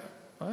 אני מסכים.